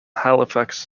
halifax